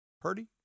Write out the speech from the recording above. Purdy